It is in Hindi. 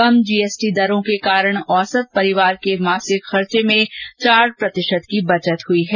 कम जीएसटी दरों के कारण औसत परिवार के मासिक खर्चे में चार प्रतिशत की बचत हई है